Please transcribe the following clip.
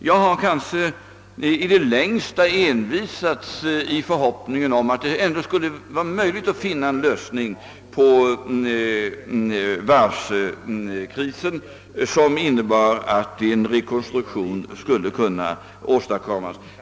Jag har kanske i det längsta envisats i förhoppningen om att det skulle vara möjligt att finna en lösning på varvskrisen som innebar att en rekonstruktion skulle kunna åstadkommas.